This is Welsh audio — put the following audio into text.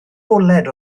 bwled